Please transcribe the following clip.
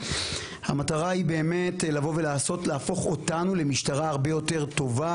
המטרה היא באמת לבוא ולהפוך אותנו למשטרה הרבה יותר טובה,